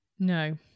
no